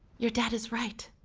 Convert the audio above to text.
your dad is right.